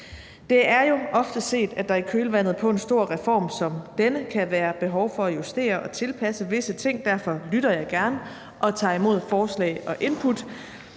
Det er jo ofte set, at der i kølvandet på en stor reform som denne kan være behov for at justere og tilpasse visse ting, og derfor lytter jeg gerne og tager imod forslag og input.